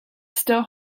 still